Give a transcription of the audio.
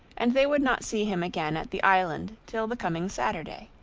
and they would not see him again at the island till the coming saturday.